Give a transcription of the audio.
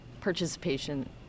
participation